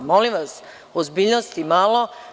Molim vas, ozbiljnosti malo.